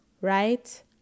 right